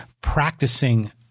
Practicing